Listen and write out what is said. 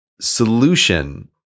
solution